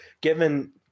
given